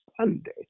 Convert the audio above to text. Sunday